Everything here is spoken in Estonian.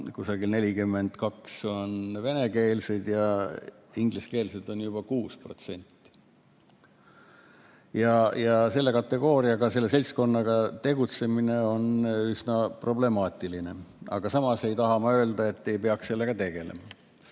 42% on venekeelseid ja ingliskeelseid on juba 6%. Selle kategooriaga, selle seltskonnaga tegelemine on üsna problemaatiline, aga samas ei taha ma öelda, et ei peaks sellega tegelema.